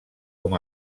com